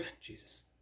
Jesus